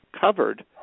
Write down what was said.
covered